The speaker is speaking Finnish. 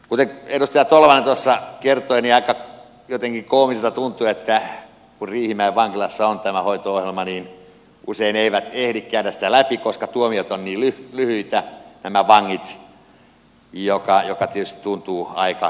kuten edustaja tolvanen tuossa kertoi niin aika jotenkin koomiselta tuntuu että kun riihimäen vankilassa on tämä hoito ohjelma niin usein nämä vangit eivät ehdi käydä sitä läpi koska tuomiot ovat niin lyhyitä mikä tietysti tuntuu aika erikoiselta